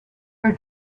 her